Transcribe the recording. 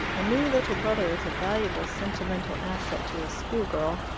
a new little brother is a valuable sentimental asset to a school-girl,